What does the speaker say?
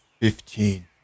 Fifteen